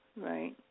right